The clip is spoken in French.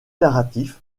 narratif